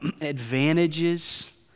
advantages